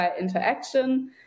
interaction